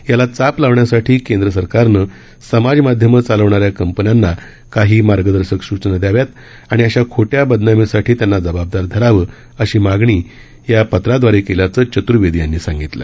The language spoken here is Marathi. याला चाप लावण्यासाठी केंद्र सरकारनं समाज माध्यमं चालवणाऱ्या कंपन्यांना काही मार्गदर्शक सुचना दयाव्यात आणि अश्या खोट्या बदनामीसाठी त्यांना जबाबदार धरावं अशी मागणी या पत्रादवारे केल्याचं चत्र्वेदी यांनी सांगितलं